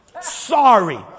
sorry